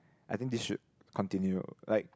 I think they should continue like